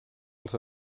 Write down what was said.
els